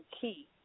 key